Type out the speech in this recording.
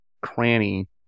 cranny